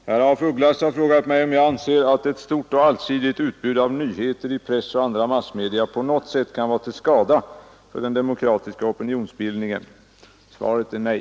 Herr talman! Herr af Ugglas har frågat mig om jag anser att ett stort och allsidigt utbud av nyheter i press och andra massmedia på något sätt kan vara till skada för den demokratiska opinionsbildningen. Svaret är nej.